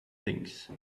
things